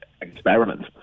experiment